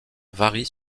varie